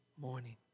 morning